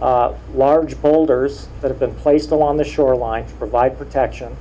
large boulders that have been placed along the shoreline provide protection